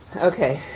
okay,